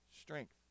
strength